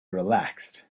relaxed